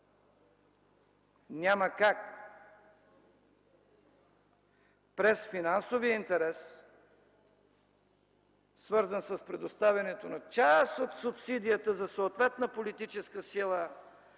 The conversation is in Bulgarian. Няма как през финансовия интерес, свързан с предоставянето на част от субсидията за съответна политическа сила